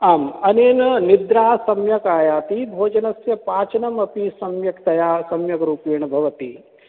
आम् अनेन निद्रा सम्यक् आयाति भोजनस्य पाचनम् अपि सम्यक्तया सम्यग्रूपेण भवति